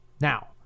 Now